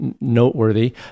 noteworthy